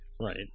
Right